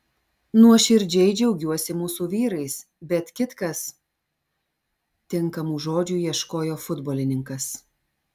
nuoširdžiai džiaugiuosi mūsų vyrais bet kitkas tinkamų žodžių ieškojo futbolininkas